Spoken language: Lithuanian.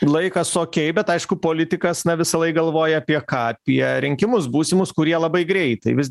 laikas okei bet aišku politikas na visąlaik galvoja apie ką apie rinkimus būsimus kurie labai greitai vis